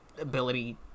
ability